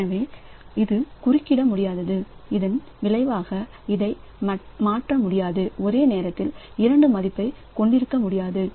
எனவே இது குறுக்கிட முடியாது இதன் விளைவாக அதை மாற்ற முடியாது ஒரே நேரத்தில் இரண்டு மதிப்பை கொண்டிருக்க முடியாது